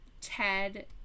Ted